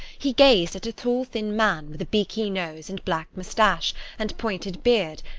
he gazed at a tall, thin man, with a beaky nose and black moustache and pointed beard,